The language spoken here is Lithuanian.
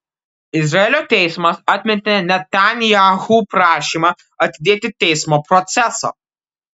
izraelio teismas atmetė netanyahu prašymą atidėti teismo procesą